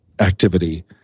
activity